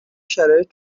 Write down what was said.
شرایط